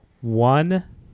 one